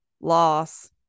loss